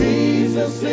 Jesus